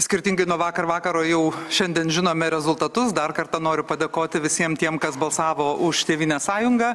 skirtingai nuo vakar vakaro jau šiandien žinome rezultatus dar kartą noriu padėkoti visiem tiem kas balsavo už tėvynės sąjungą